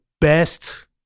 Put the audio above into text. best